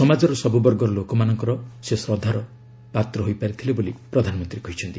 ସମାଜର ସବୁବର୍ଗର ଲୋକମାନଙ୍କର ସେ ଶ୍ରଦ୍ଧାର ପାତ୍ର ହୋଇଥିଲେ ବୋଲି ପ୍ରଧାନମନ୍ତ୍ରୀ କହିଛନ୍ତି